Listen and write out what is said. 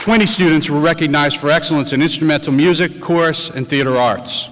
twenty students recognised for excellence in instrumental music course in theater arts